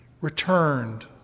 returned